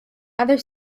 other